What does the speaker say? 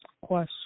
Question